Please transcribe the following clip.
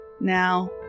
Now